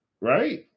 right